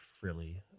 frilly